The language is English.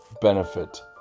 benefit